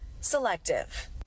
selective